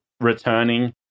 returning